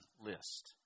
List